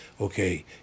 Okay